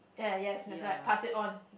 ya yes that's right pass it on